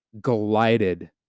glided